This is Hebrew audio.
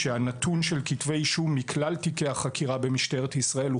כשהנתון של כתבי אישום מכלל תיקי החקירה במשטרת ישראל הוא